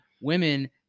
women